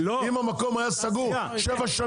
אם המקום היה סגור שבע שנים,